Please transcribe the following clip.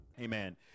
Amen